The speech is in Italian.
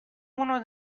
uno